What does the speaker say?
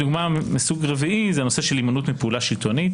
דוגמה מסוג רביעי זה הנושא של הימנעות מפעולה שלטונית.